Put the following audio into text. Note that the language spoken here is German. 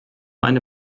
eine